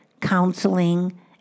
counseling